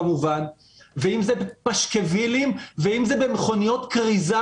ואם זה פשקוולים ואם זה במכוניות כריזה.